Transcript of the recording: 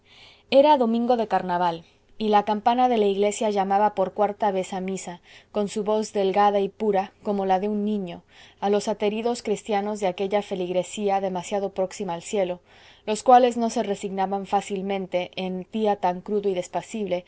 era domingo de carnaval y la campana de la iglesia llamaba por cuarta vez a misa con su voz delgada y pura como la de un niño a los ateridos cristianos de aquella feligresía demasiado próxima al cielo los cuales no se resignaban fácilmente en día tan crudo y